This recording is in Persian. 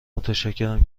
متشکرم